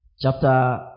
Chapter